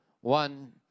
one